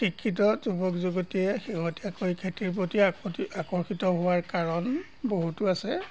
শিক্ষিত যুৱক যুৱতীয়ে শেহতীয়াকৈ খেতিৰ প্ৰতি আকতি আকৰ্ষিত হোৱাৰ কাৰণ বহুতো আছে